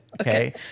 Okay